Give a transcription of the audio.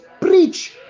preach